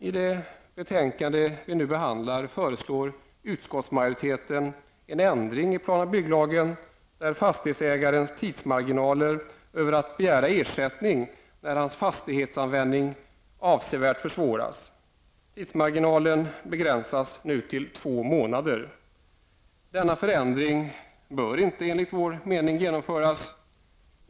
I det betänkande vi nu behandlar föreslår utskottsmajoriteten en ändring i PBL beträffande fastighetsägarens tidsmarginaler för att begära ersättning när hans fastighetsanvändning avsevärt försvåras. Tidsmarginalen begränsas nu till två månader. Denna förändring bör inte genomföras.